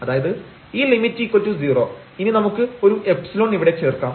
അതായത് ഈ ലിമിറ്റ് 0 ഇനി നമുക്ക് ഒരു എപ്സിലൺ ഇവിടെ ചേർക്കാം